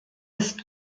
ist